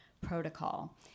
protocol